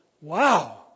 wow